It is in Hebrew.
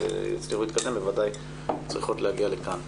שיצליחו להתקדם, בוודאי צריכות להגיע לכאן.